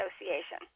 Association